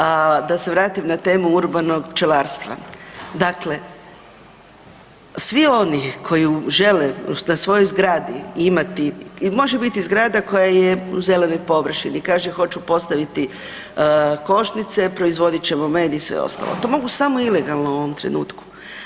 A da se vratim na temu urbanog pčelarstva, dakle svi oni koji žele na svojoj zgradi imati i može biti zgrada koja je u zelenoj površini kaže hoću postaviti košnice, proizvodit ćemo med i sve ostalo, to mogu samo ilegalno u ovom trenutku.